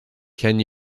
can